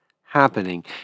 happening